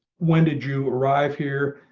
when did you arrive here,